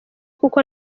kuko